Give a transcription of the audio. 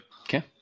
okay